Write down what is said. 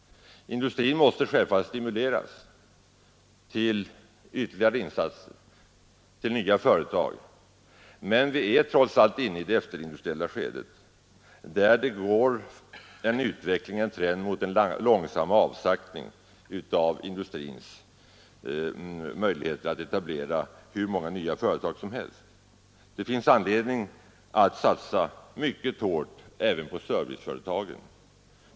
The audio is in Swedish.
Industrin måste självfallet stimuleras till ytterligare insatser, till nya företag, men vi är trots allt inne i det efterindustriella skedet där utvecklingen går mot en långsam avsaktning av industrins möjligheter att etablera hur många nya företag som helst. Det finns anledning att satsa mycket hårt även på serviceföretagen.